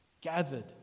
gathered